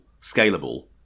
scalable